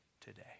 today